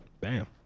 Bam